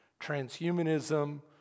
transhumanism